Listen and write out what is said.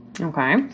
Okay